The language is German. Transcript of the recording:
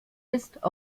ist